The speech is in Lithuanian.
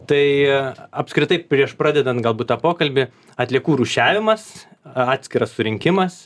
tai apskritai prieš pradedant galbūt tą pokalbį atliekų rūšiavimas atskiras surinkimas